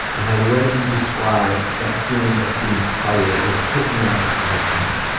and i read you describe that feeling of being tired it hit me like a freight train.